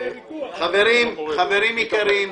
חברים יקרים,